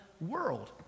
world